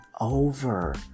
over